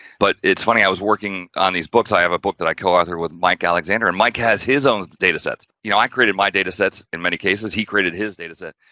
but it's funny, i was working on these books. i have a book that i co-authored with mike alexander. and mike has his own data sets, you know, i created my data sets in many cases, he created his data sets.